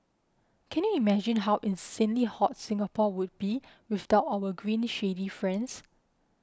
can you imagine how insanely hot Singapore would be without our green shady friends